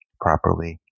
properly